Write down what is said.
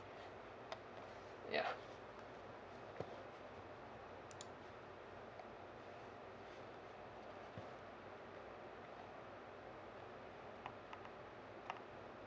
ya